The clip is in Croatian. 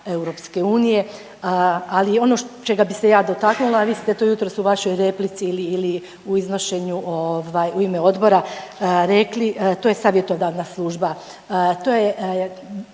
sredstava EU, ali ono čega bi se ja dotaknula vi ste to jutros u vašoj replici ili, ili u iznošenju ovaj u ime odbora rekli to je savjetodavna službe.